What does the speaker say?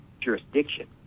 jurisdiction